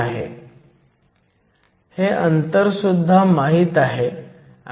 तर येथे ही संज्ञा ज्ञात आहे आणि हे अज्ञात आहे त्याच प्रकारे येथे हे ज्ञात आहे आणि हे अज्ञात आहे